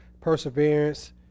perseverance